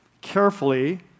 carefully